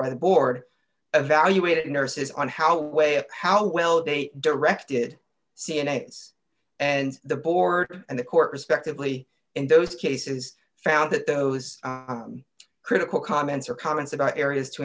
by the board evaluated nurses on how way at how well they directed c n a and the board and the court respectively in those cases found that those critical comments or comments about areas to